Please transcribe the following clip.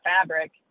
fabric